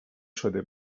شده